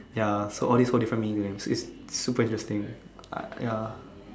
ya so all these hold different meaning to them its super interesting I ya